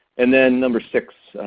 and then number six,